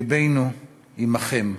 לבנו עמכן.